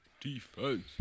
Defense